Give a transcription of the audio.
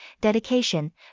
dedication